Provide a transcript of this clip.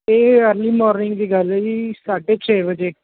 ਇਹ early morning ਦੀ ਗੱਲ ਹੈ ਜੀ ਸਾਢੇ ਛੇ ਵਜੇ